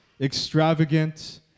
extravagant